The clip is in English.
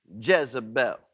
Jezebel